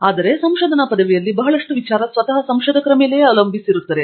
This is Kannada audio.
ಆದರೆ ಸಂಶೋಧನಾ ಪದವಿಯಲ್ಲಿ ಬಹಳಷ್ಟು ವಿಚಾರ ಸ್ವತಃ ಸಂಶೋಧಕರ ಮೇಲೆ ಅವಲಂಬಿಸಿರುತ್ತದೆ